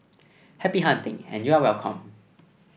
happy hunting and you are welcome